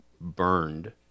burned